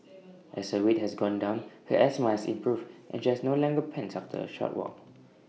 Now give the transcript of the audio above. as her weight has gone down her asthma has improved and she no longer pants after A short walk